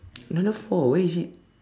another four where is it